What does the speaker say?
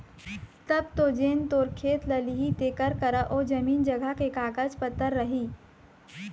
तब तो जेन तोर खेत ल लिही तेखर करा ओ जमीन जघा के कागज पतर रही